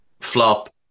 flop